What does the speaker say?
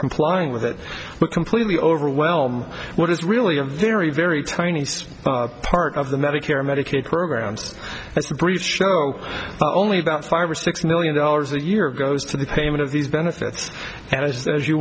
complying with it would completely overwhelm what is really a very very tiny so part of the medicare medicaid programs as the briefs show only about five or six million dollars a year goes to the payment of these benefits and as you